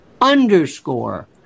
Underscore